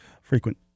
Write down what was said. frequent